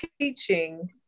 teaching